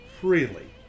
freely